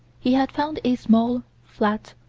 he had found a small, flat,